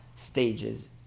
Stages